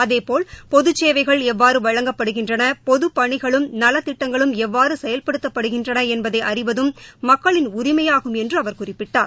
அதேபோல் பொதுச்சேவைகள் எவ்வாறு வழங்கப்படுகின்றன பொதுப்பணிகளும் நலத்திட்டங்களும் எவ்வாறு செயவ்படுத்தப்படுகின்றன என்பதை அறிவதும் மக்களின் உரிமையாகும் என்று அவர் குறிப்பிட்டார்